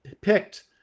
picked